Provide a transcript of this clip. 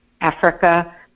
Africa